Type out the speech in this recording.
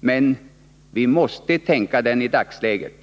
Men — vi måste tänka den i dagsläget.